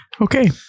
Okay